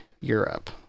Europe